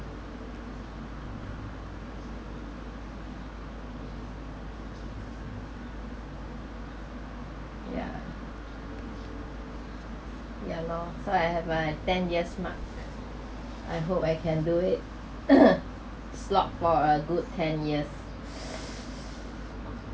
yeah yeah lor so I have my ten years mark I hope I can do it slog for a good ten years